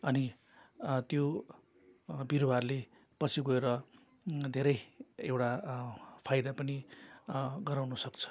अनि त्यो बिरुवाहरूले पछि गएर धेरै एउटा फाइदा पनि गराउनु सक्छ